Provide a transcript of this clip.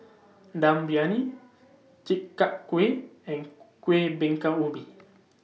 Dum Briyani Chi Kak Kuih and Kuih Bingka Ubi